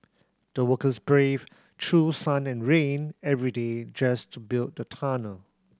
the workers braved through sun and rain every day just to build the tunnel